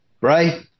right